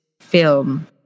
film